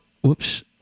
whoops